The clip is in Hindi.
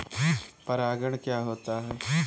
परागण क्या होता है?